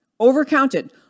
overcounted